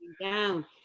down